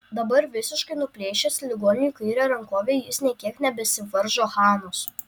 dabar visiškai nuplėšęs ligoniui kairę rankovę jis nė kiek nebesivaržo hanos